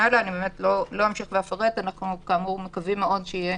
אנו מקווים מאוד שיהיה